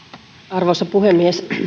arvoisa puhemies